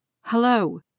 Hello